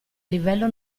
livello